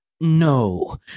No